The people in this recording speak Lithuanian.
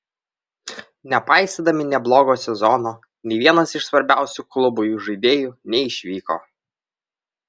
nepaisydami neblogo sezono nė vienas iš svarbiausių klubui žaidėjų neišvyko